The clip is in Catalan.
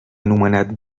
anomenat